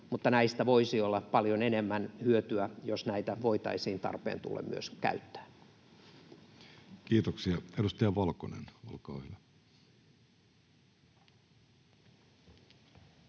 mutta näistä voisi olla paljon enemmän hyötyä, jos näitä voitaisiin tarpeen tullen myös käyttää. Kiitoksia. — Edustaja Valkonen, olkaa hyvä.